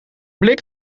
blik